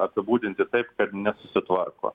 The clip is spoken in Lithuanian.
apibūdinti taip kad nesusitvarko